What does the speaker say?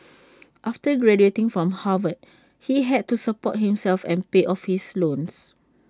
after graduating from Harvard he had to support himself and pay off his loans